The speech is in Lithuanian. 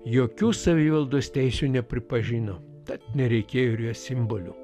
jokių savivaldos teisių nepripažino tad nereikėjo ir jos simbolių